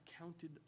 counted